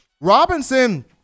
Robinson